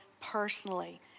personally